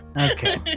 Okay